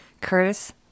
Curtis